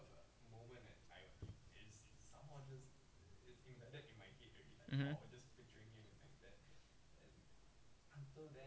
mmhmm